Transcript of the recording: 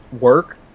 work